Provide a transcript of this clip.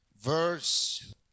verse